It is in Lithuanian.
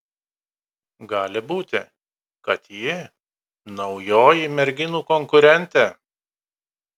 gali būti kad ji naujoji merginų konkurentė